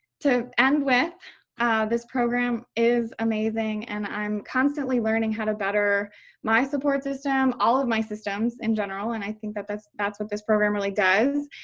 to end with this program is amazing. and i'm constantly learning how to better my support system. all of my systems in general. and i think but that's that's what this program really does.